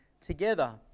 together